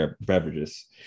beverages